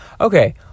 Okay